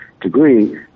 degree